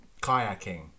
Kayaking